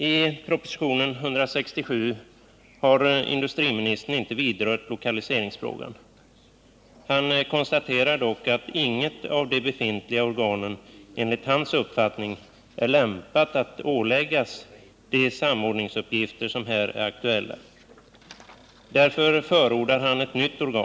I propositionen 167 har industriministern inte vidrört lokaliseringsfrågan. Han konstaterar dock att inget av de befintliga organen enligt hans uppfattning är lämpat att åläggas de samordningsuppgifter som här är aktuella. Därför förordar han ett nytt organ.